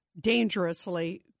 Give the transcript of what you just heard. dangerously